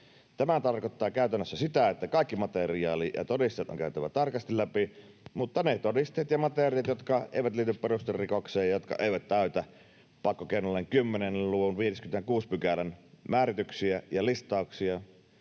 Tämä tarkoittaa käytännössä sitä, että kaikki materiaali ja todisteet on käytävä tarkasti läpi, mutta ne rikokset, jotka eivät liity perusterikokseen ja jotka eivät täytä pakkokeinolain 10 luvun 56 §:n määrityksiä ja listauksia,